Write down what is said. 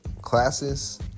classes